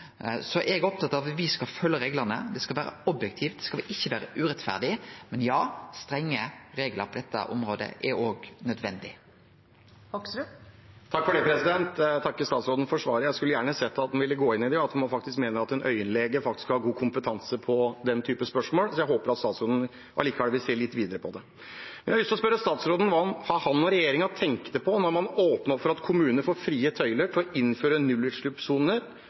Så eg er opptatt av at me skal følgje reglane. Det skal vere objektivt, det skal ikkje vere urettferdig, men ja, strenge reglar på dette området er nødvendig. Jeg takker statsråden for svaret. Jeg skulle gjerne sett at han ville gå inn i det, at man faktisk mener at en øyelege kan ha god kompetanse på den type spørsmål, så jeg håper statsråden allikevel vil se litt videre på det. Jeg har lyst til å spørre statsråden hva han og regjeringen tenkte på da man åpnet opp for at kommunene får frie tøyler til å innføre nullutslippssoner